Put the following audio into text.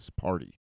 party